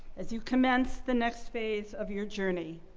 as you commence the next phase of your journey,